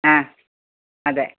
ആ അതെ